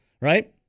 right